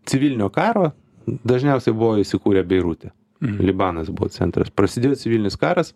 civilinio karo dažniausiai buvo įsikūrę beirute libanas buvo centras prasidėjo civilinis karas